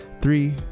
three